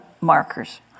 markers